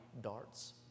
darts